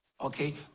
okay